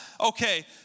Okay